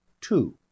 Two